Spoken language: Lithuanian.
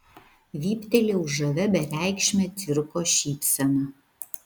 vyptelėjau žavia bereikšme cirko šypsena